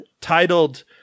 titled